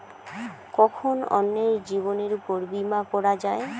কখন অন্যের জীবনের উপর বীমা করা যায়?